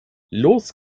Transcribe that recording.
los